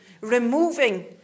Removing